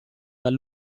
dal